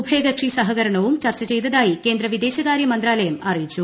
ഉഭയകക്ഷി സ്ഹകരണവും ചർച്ച ചെയ്തതായി കേന്ദ്ര വിദേശകാര്യ മി്ത്രാല്യം അറിയിച്ചു